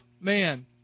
man